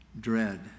Dread